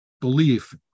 belief